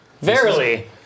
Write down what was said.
Verily